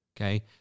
okay